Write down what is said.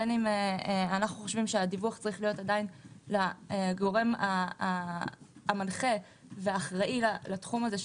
בין אם אנו חושבים שהדיווח צריך להיות לגורם המנחה והאחראי לתחום הזה,